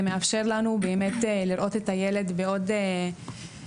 זה מאפשר לנו לראות את הילד מעוד צדדים,